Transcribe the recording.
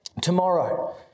tomorrow